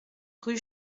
rue